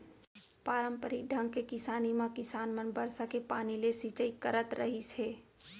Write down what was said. पारंपरिक ढंग के किसानी म किसान मन बरसा के पानी ले सिंचई करत रहिस हे